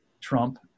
Trump